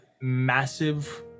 massive